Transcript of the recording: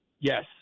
Yes